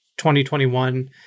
2021